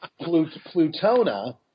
Plutona